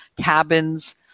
cabins